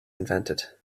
invented